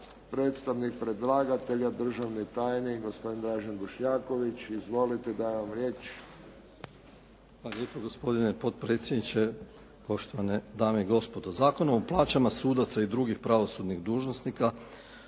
Predstavnik predlagatelja državni tajnik gospodin Dražen Bošnjaković. Izvolite dajem vam riječ. **Bošnjaković, Dražen (HDZ)** Hvala lijepo. Gospodine potpredsjedniče, poštovane dame i gospodo. Zakonom o plaćama sudaca i drugih pravosudnih dužnosnika,